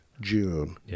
June